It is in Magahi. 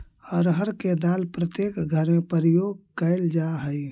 अरहर के दाल प्रत्येक घर में प्रयोग कैल जा हइ